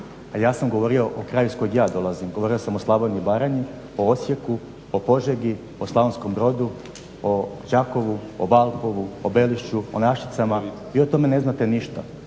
ja sam govorio o kraju iz kojeg ja dolazim, govorio sam o Slavoniji i Baranji, o Osijeku, o Požegi, o Slavonskom Brodu, o Đakovu, o Valpovu, o Belišću, o Našicama. Vi o tome ne znate ništa,